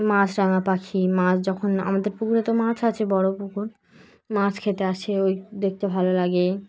মাছ রাঙা পাখি মাছ যখন আমাদের পুকুরে তো মাছ আছে বড়ো পুকুর মাছ খেতে আসে ওই দেখতে ভালো লাগে